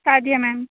Sadia میم